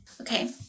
Okay